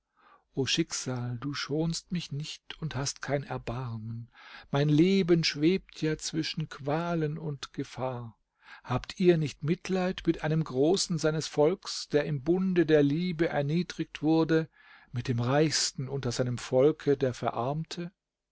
o schicksal du schonst mich nicht und hast kein erbarmen mein leben schwebt ja zwischen qualen und gefahr habt ihr nicht mitleid mit einem großen seines volks der im bunde der liebe erniedrigt wurde mit dem reichsten unter seinem volke der verarmte